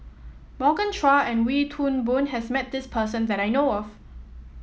Morgan Chua and Wee Toon Boon has met this person that I know of